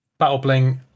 BattleBling